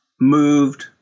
moved